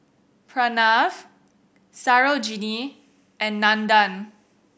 Pranav Sarojini and Nandan